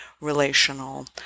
relational